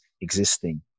existing